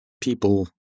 people